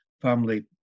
family